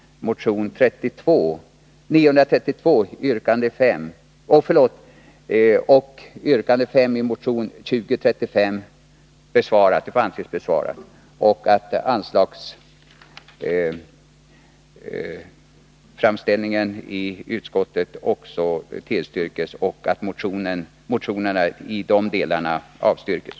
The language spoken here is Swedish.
Motion 932 och och yrkande 5 i motion 2035 får därmed anses vara besvarade. Utskottets anslagsframställning tillstyrks alltså, och motionerna i dessa delar avstyrks.